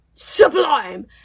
sublime